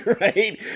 Right